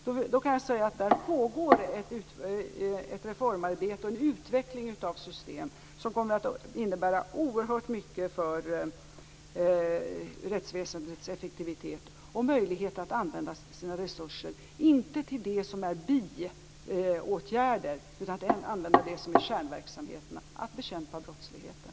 Jag kan säga att det pågår ett reformarbete och en utveckling av system som kommer att innebära oerhört mycket för rättsväsendets effektivitet och möjlighet att använda sina resurser, inte till det som är biåtgärder, utan till det som är kärnverksamheten, att bekämpa brottsligheten.